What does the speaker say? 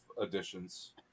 additions